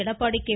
Edappadi K